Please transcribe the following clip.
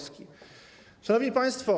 Szanowni Państwo!